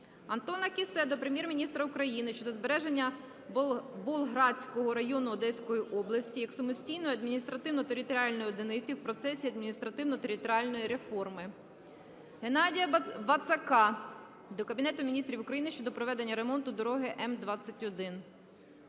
Антона Кіссе до Прем'єр-міністра України щодо збереження Болградського району Одеської області, як самостійної адміністративно-територіальної одиниці у процесі адміністративно-територіальної реформи. Геннадія Вацака до Кабінету Міністрів України щодо проведення ремонту дороги М-21.